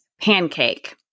Pancake